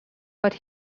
but